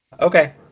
Okay